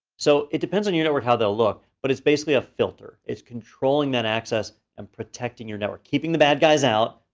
so it depends on your network how they'll look, but it's basically a filter. it's controlling that access and protecting your network. keeping the bad guys out,